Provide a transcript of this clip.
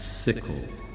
sickle